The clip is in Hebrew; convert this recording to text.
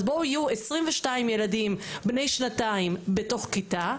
אז בואו יהיו 22 ילדים בני שנתיים בתוך כיתה,